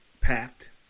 Packed